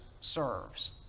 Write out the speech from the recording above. serves